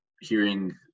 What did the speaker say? hearing